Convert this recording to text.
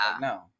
no